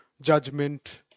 judgment